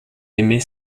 aimait